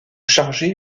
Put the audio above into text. chargé